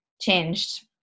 changed